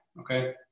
okay